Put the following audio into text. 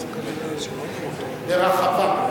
אני נותן אותן ברחבה.